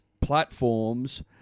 platforms